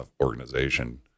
organization